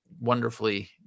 wonderfully